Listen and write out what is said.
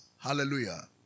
Hallelujah